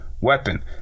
weapon